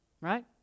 Right